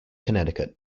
connecticut